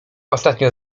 ostatnio